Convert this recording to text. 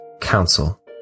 council